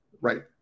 Right